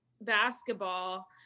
basketball